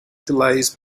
delays